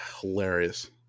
hilarious